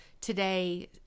Today